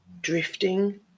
drifting